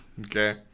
Okay